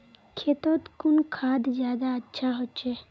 खेतोत कुन खाद ज्यादा अच्छा होचे?